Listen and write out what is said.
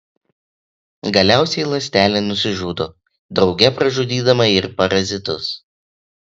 galiausiai ląstelė nusižudo drauge pražudydama ir parazitus